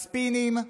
הספינים,